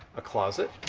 a closet.